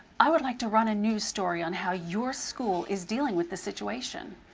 i would like to run a news story on how your school is dealing with the situation.